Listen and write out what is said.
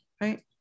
right